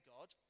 God